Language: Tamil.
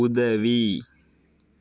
உதவி